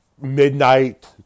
Midnight